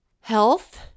health